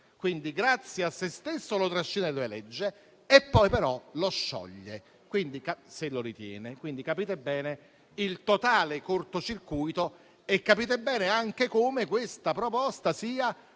cioè grazie a se stesso lo trascina e lo elegge - e poi però lo scioglie, se lo ritiene. Quindi, capite bene il totale cortocircuito e capite bene anche come questa proposta sia